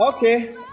Okay